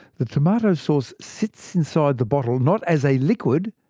the tomato sauce sits inside the bottle, not as a liquid,